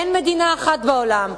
אין מדינה אחת בעולם,